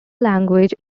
language